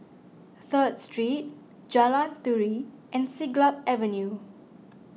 Third Street Jalan Turi and Siglap Avenue